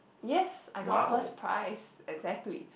yes I got first prize exactly